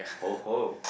ho ho